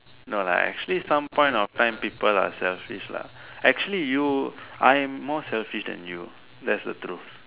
no lah actually some point of time people are selfish lah actually you I am more selfish than you that's the truth